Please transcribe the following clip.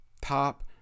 top